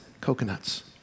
coconuts